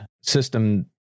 system